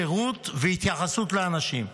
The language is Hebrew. שירות והתייחסות לאנשים.